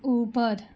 ऊपर